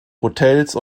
hotels